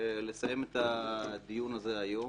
לסיים את הדיון הזה היום